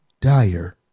dire